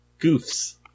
goofs